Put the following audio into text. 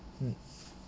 mm